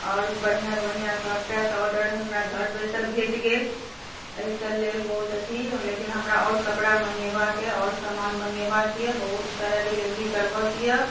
आओर बढ़िआँ बढ़िआँ कपड़ाके ऑर्डर हमरा घर बैसल भेट गेल एहिके लेल बहुत अथी लेकिन हमरा आओर कपड़ा मङ्गेबाक अइ आओर सामान मङ्गेबाक यए बहुत सारा डिलिवरी करबैके यए